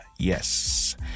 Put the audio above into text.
Yes